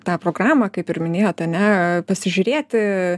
tą programą kaip ir minėjot ane pasižiūrėti